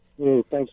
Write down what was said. Thanks